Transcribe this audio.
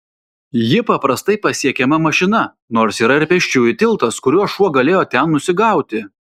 ji paprastai pasiekiama mašina nors yra ir pėsčiųjų tiltas kuriuo šuo galėjo ten nusigauti